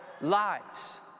lives